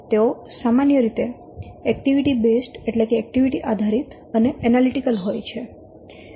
તેઓ સામાન્ય રીતે એક્ટિવિટી આધારિત અને એનાલિટિકલ હોય છે